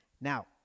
Now